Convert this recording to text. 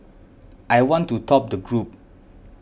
I want to top the group